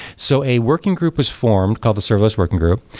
so a working group was formed, called the serverless working group,